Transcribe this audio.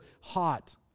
hot